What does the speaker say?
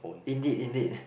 indeed indeed hmm